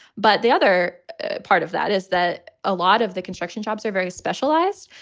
but the other part of that is that a lot of the construction jobs are very specialized.